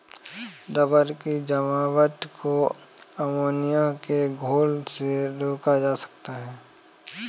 rubber की जमावट को अमोनिया के घोल से रोका जा सकता है